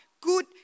good